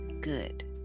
Good